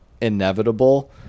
inevitable